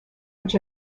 which